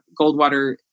Goldwater